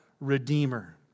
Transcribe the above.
Redeemer